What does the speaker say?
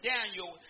Daniel